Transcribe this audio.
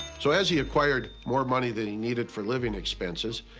so as he acquired more money than he needed for living expenses,